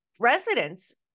residents